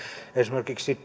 esimerkiksi